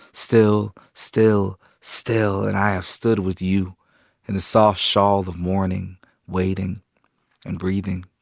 still, still, still and i have stood with you in the soft shawl of morning waiting and breathing